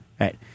right